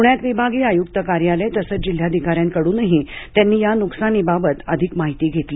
पुण्यात विभागीय आयुक्त कार्यालय तसंच जिल्हाधिकाऱ्यांकडूनही त्यांनी या नुकसानाबाबत अधिक माहिती घेतली